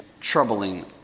troubling